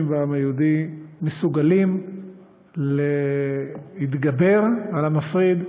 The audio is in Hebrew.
בעם היהודי מסוגלים להתגבר על המפריד,